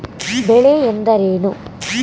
ಬೆಳೆ ಎಂದರೇನು?